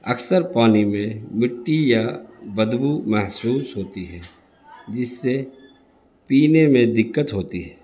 اکثر پانی میں مٹی یا بد بو محسوس ہوتی ہے جس سے پینے میں دقت ہوتی ہے